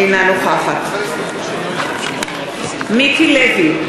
אינה נוכחת מיקי לוי,